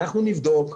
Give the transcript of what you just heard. אנחנו נבדוק,